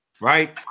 right